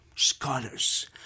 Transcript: scholars